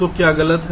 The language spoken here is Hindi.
तो क्या गलत है